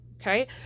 Okay